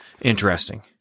interesting